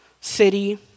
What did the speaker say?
city